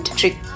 trick